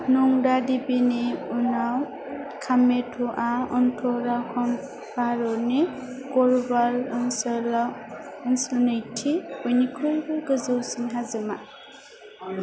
नन्दा देवीनि उनाव कामेट'आ उत्तराखन्ड भारतनि गढ़वाल ओनसोलाव नैथि बयनिख्रुयबो गोजौसिन हाजोमा